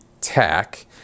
tech